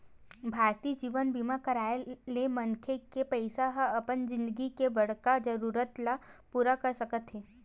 भारतीय जीवन बीमा कराय ले मनखे के पइसा ह अपन जिनगी के बड़का जरूरत ल पूरा कर सकत हे